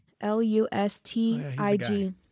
L-U-S-T-I-G